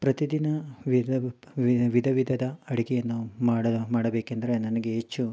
ಪ್ರತಿದಿನ ವಿಧ ವಿಧ ವಿಧದ ಅಡುಗೆಯನ್ನು ಮಾಡ ಮಾಡಬೇಕೆಂದರೆ ನನಗೆ ಹೆಚ್ಚು